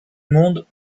monde